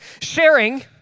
sharing